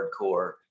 hardcore